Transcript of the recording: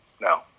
No